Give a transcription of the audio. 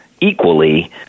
equally